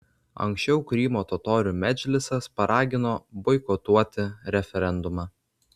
anksčiau krymo totorių medžlisas paragino boikotuoti referendumą